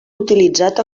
utilitzat